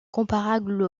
comparable